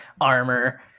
armor